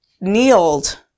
kneeled